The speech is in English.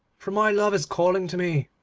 for my love is calling to me